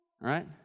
right